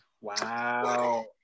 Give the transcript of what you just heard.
Wow